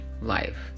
life